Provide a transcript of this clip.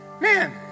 Man